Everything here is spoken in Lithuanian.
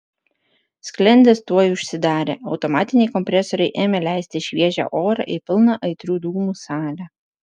sklendės tuoj užsidarė automatiniai kompresoriai ėmė leisti šviežią orą į pilną aitrių dūmų salę